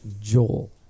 Joel